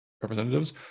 Representatives